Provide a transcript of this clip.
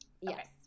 yes